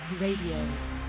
Radio